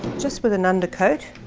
just with an undercoat.